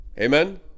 amen